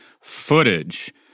footage